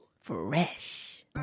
Fresh